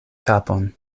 kapon